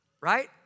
Right